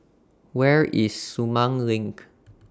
Where IS Sumang LINK